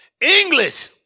English